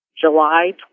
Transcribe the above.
July